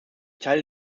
teile